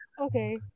Okay